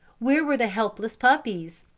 where were the helpless puppies?